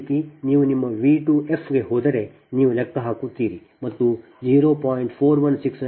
ಅದೇ ರೀತಿ ನೀವು ನಿಮ್ಮ V 2f ಗೆ ಹೋದರೆ ನೀವು ಲೆಕ್ಕ ಹಾಕುತ್ತೀರಿ ಮತ್ತು 0